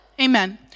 Amen